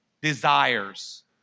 Desires